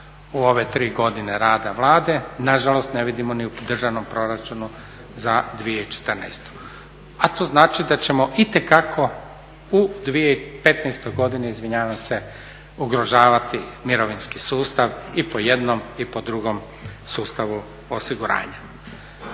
u ove tri godine rada Vlada, nažalost ne vidimo ni u državnom proračunu za 2014.a to znači da ćemo itekako u 2015.godini ugrožavati mirovinski sustav i po jednom i po drugom sustavu osiguranja.